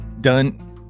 done